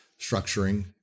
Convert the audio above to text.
structuring